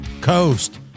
coast